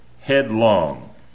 headlong